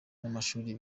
n’amashuri